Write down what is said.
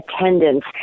attendance